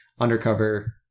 undercover